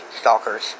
stalkers